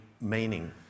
meaning